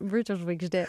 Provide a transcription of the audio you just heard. britų žvaigždė